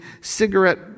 cigarette